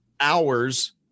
hours